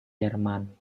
jerman